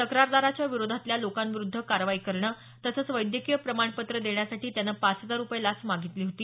तक्रारदाराच्या विरोधातल्या लोकांविरुद्ध कारवाई करणं तसंच वैद्यकीय प्रमाणपत्र देण्यासाठी त्यानं पाच हजार रुपये लाच मागितली होती